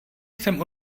jsem